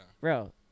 bro